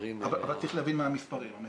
מדברים על --- צריך להבין מה המספרים.